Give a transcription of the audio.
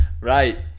Right